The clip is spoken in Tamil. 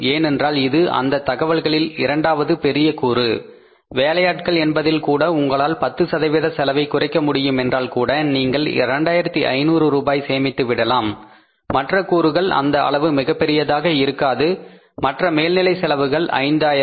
ஏனென்றால் இது இந்த தகவல்களில் இரண்டாவது பெரிய கூறு வேலையாட்கள் என்பதில் கூட உங்களால் 10 சதவீத செலவை குறைக்க முடியுமென்றால் கூட நீங்கள் 2500 ரூபாய் சேமித்து விடலாம் மற்ற கூறுகள் அந்த அளவு மிகப் பெரியதாக இருக்காது மற்ற மேல்நிலை செலவுகள் ஐந்தாயிரம்